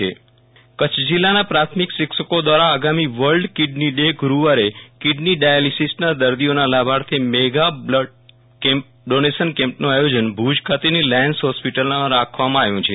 Viral Rana world kidney day blood donation camp Kutch જિલ્લાના પ્રાથમિક શિક્ષકો દ્વારા આગામી વર્લ્ડ કીડની ડે ગુરુવારે કીડની ડાયાલીસીસના દર્દીઓના લાભાર્થે મેગા બ્લડ ડોનેશન કેમ્પનું આયોજન ભુજ ખાતેની લાયન્સ હોસ્પિટલમાં રાખવામાં આવ્યું છે